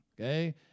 okay